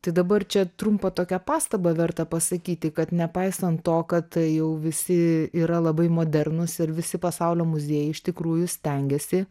tai dabar čia trumpą tokią pastabą verta pasakyti kad nepaisant to kad jau visi yra labai modernūs ir visi pasaulio muziejai iš tikrųjų stengiasi